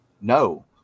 no